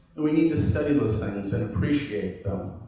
we need to study those things and appreciate